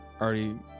already